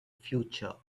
future